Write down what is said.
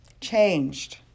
changed